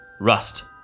Rust